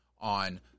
on